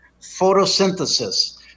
photosynthesis